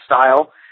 style